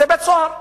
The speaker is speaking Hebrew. זה בית-סוהר.